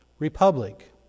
Republic